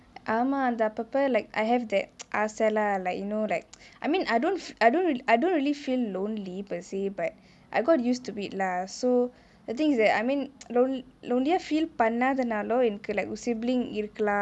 ஆமா அது அப்பப்பே:aama athu appeppae like I have that ஆசைலா:aasaila you know like I don't I don't I don't really feel lonely per se but I got used to it lah so the thing is that I mean lon~ lonely யா:yaa feel பன்னாதே நாலோ எனக்கு:pannathae naalo enaku like sibling இருக்கலா:irukulaa